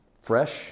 Fresh